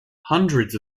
hundreds